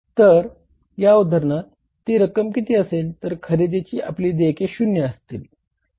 तर या उदाहरणात ती रक्कम किती असेल तर खरेदीची आपली देयके शून्य असतील